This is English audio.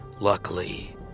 luckily